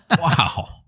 Wow